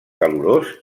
calorós